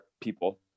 people